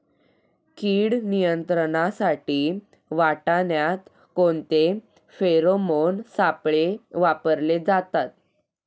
कीड नियंत्रणासाठी वाटाण्यात कोणते फेरोमोन सापळे वापरले जातात?